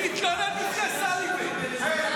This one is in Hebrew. חבר הכנסת מאיר כהן.